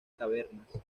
tabernas